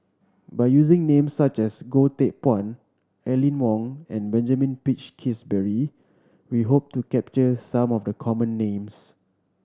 by using names such as Goh Teck Phuan Aline Wong and Benjamin Peach Keasberry we hope to capture some of the common names